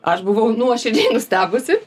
aš buvau nuoširdžiai nustebusi